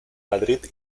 madrid